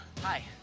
Hi